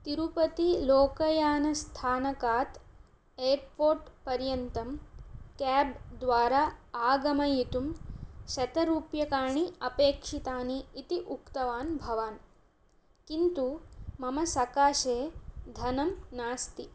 तिरुपतिलोकयानस्थानकात् airport पर्यन्तं cab द्वारा आगमयितुं शतरूप्यकाणि अपेक्षितानि इति उक्तवान् भवान् किन्तु मम सकाशे धनं नास्ति